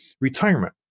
retirement